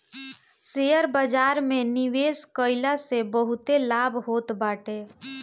share बाजार में निवेश कईला से बहुते लाभ होत बाटे